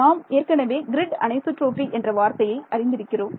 நாம் ஏற்கனவே grid anisotropy என்ற வார்த்தையை அறிந்திருக்கிறோம்